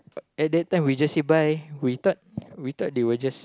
at that time we just say bye we thought we thought they were just